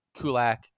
Kulak